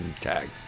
tag